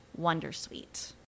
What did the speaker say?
Wondersuite